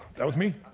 that was me.